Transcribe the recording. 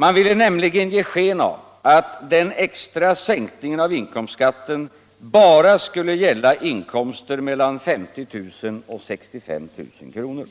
Man ville nämligen ge sken av att den extra sänkningen av inkomstskatten bara skulle gälla inkomster mellan 50 000 kr. och 65 000 kr.